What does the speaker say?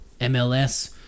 MLS